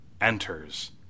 enters